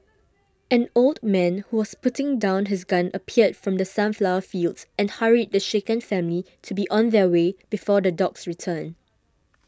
an old man who was putting down his gun appeared from the sunflower fields and hurried the shaken family to be on their way before the dogs return